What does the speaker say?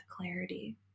clarity